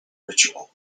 ritual